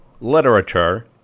literature